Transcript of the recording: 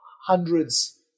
hundreds